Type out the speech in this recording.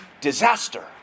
disaster